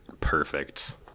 perfect